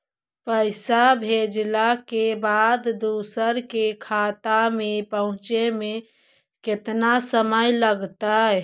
पैसा भेजला के बाद दुसर के खाता में पहुँचे में केतना समय लगतइ?